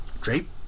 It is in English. drape